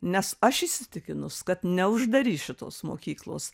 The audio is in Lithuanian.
nes aš įsitikinus kad neuždarys šitos mokyklos